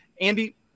Andy